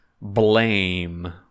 Blame